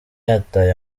yataye